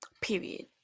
Period